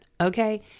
Okay